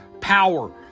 power